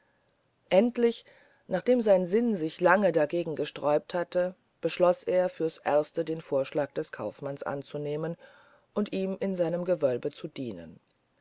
endlich nachdem sein sinn sich lange dagegen gesträubt hatte beschloß er fürs erste den vorschlag des kaufmanns anzunehmen und ihm in seinem gewölbe zu dienen